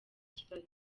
kibazo